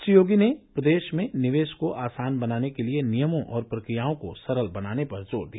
श्री योगी ने प्रदेश में निवेश को आसान बनाने के लिए नियर्मो और प्रक्रियाओं को सरल बनाने पर जोर दिया